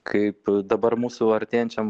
kaip dabar mūsų artėjančiam